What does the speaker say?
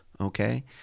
okay